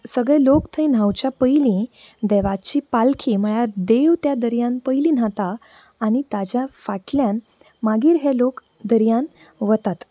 सगळें लोक थंय न्हांवच्या पयलीं देवाची पालखी म्हळ्यार देव त्या दर्यान पयलीं न्हाता आनी ताज्या फाटल्यान मागीर हे लोक दर्यान वतात